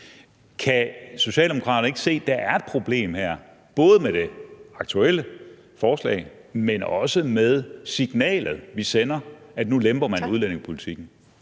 Kan Socialdemokratiet ikke se, at der er et problem her, både med det aktuelle forslag, men også med signalet, vi sender, om, at man nu lemper udlændingepolitikken?